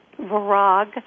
virag